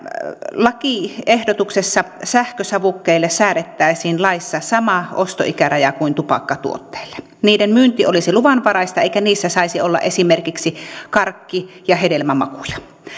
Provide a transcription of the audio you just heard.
lakiehdotuksessa sähkösavukkeille säädettäisiin laissa sama ostoikäraja kuin tupakkatuotteille niiden myynti olisi luvanvaraista eikä niissä saisi olla esimerkiksi karkki ja hedelmämakuja